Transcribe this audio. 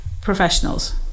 professionals